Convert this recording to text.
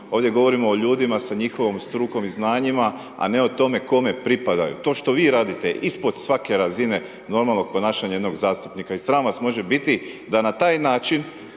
ovdje govorimo o ljudima sa njihovom strukom i znanjima a ne o tome kome pripadaju. To što vi radite je ispod svake razine normalnog ponašanja jednog zastupnika i sram vas može biti da na taj način